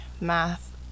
math